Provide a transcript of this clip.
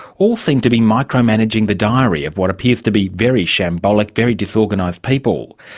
all seem to be micro-managing the diary of what appears to be very shambolic, very disorganised people.